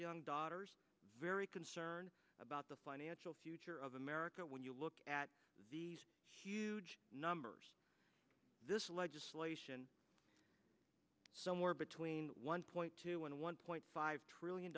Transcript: young daughters very concerned about the financial future of america when you look at the numbers this legislation somewhere between one point two and one point five trillion